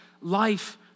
life